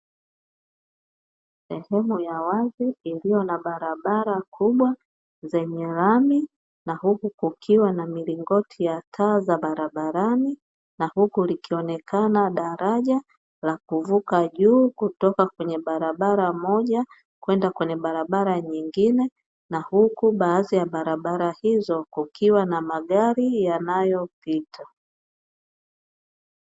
Sehemu ya wazi iliyo na barabara kubwa zenye lami na huku kukiwa na milingoti ya taa za barabarani, na huku likionekana daraja la kuvuka juu kutoka kwenye barabara moja kwenda kwenye barabara nyingine, na huku baadhi ya barabara hizo kukiwa na magari yanayopita.